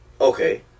Okay